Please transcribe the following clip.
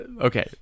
okay